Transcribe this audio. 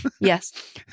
yes